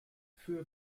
für